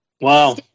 Wow